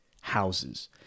houses